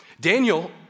Daniel